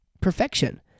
perfection